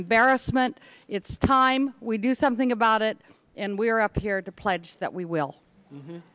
embarrassment it's time we do something about it and we are up here to pledge that we will